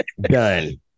Done